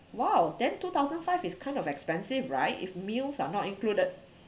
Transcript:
!wow! then two thousand five is kind of expensive right if meals are not included